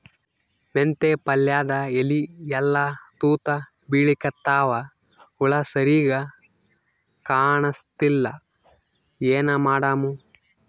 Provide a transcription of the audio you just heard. ಮೆಂತೆ ಪಲ್ಯಾದ ಎಲಿ ಎಲ್ಲಾ ತೂತ ಬಿಳಿಕತ್ತಾವ, ಹುಳ ಸರಿಗ ಕಾಣಸ್ತಿಲ್ಲ, ಏನ ಮಾಡಮು?